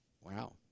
Wow